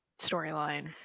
storyline